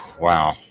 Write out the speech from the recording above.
Wow